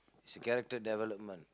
is character development